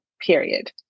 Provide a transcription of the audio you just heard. period